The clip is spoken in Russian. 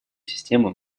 систему